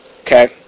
Okay